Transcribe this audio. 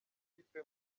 ikipe